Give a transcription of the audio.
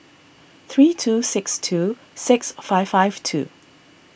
three two six two six five five two